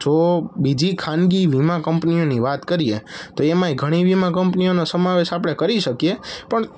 જો બીજી ખાનગી વીમા કંપનીઓની વાત કરીએ તો એમાંય ઘણી વીમા કંપનીઓનો સમાવેશ આપણે કરી શકીએ પણ